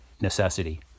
necessity